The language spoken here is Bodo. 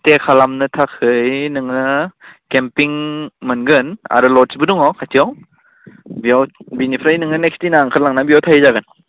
स्टे खालामनो थाखाय नोङो केम्पिं मोनगोन आरो ल'जबो दङ खाथियाव बेयाव बेनिफ्राय नोङो नेक्स्ट दिना ओंखारलांना बैयाव थाहैजागोन